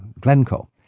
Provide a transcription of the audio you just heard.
Glencoe